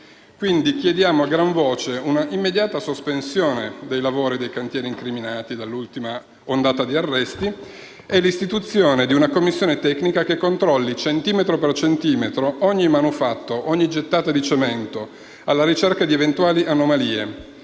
quindi a gran voce una immediata sospensione dei lavori nei cantieri incriminati dall'ultima ondata di arresti e l'istituzione di una commissione tecnica che controlli centimetro per centimetro ogni manufatto, ogni gettata di cemento, alla ricerca di eventuali anomalie.